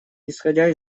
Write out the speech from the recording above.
исходя